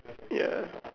ya